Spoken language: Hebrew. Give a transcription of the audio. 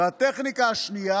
והטכניקה השנייה